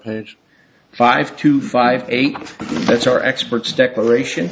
what five to five eight that's our experts declaration